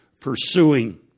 pursuing